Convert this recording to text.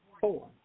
four